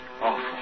Awful